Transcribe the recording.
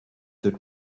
that